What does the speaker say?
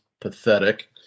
pathetic